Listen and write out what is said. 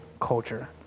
culture